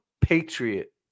Patriot